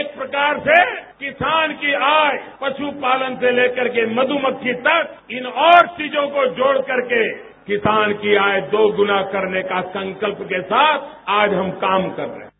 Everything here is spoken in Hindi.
एक प्रकार से किसान की आय पशुपालन से लेकर के मधुमक्खी तकइन और चीजों को जोड़कर के किसान की आय दोगुना करने के संकल्प के साथ आज हम काम कररहे हैं